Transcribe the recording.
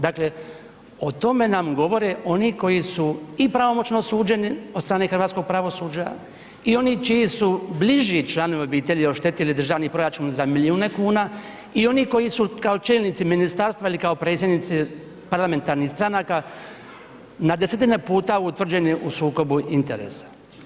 Dakle, o tome nam govore oni koji su i pravomoćno osuđeni od strane hrvatskog pravosuđa i oni čiji su bliži članovi obitelji oštetili državni proračun za milione kuna i oni koji su kao čelnici ministarstva ili kao predsjednici parlamentarnih stranaka na 10-tine puta utvrđeni u sukobu interesa.